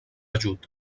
ajut